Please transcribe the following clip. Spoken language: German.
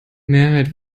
mehrheit